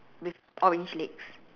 with orange legs